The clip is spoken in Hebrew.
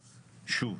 שוב,